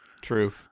true